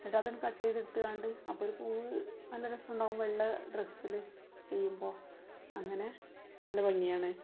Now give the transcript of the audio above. എന്നിട്ട് അത് കട്ട് ചെതെടുത്ത് കൊണ്ട് അപ്പം ഒരു പൂവ് നല്ല രസമുണ്ടാവും വെള്ള ഡ്രെസ്സിൽ ചെയ്യുമ്പോൾ അങ്ങനെ നല്ല ഭംഗിയാണ്